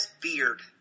Beard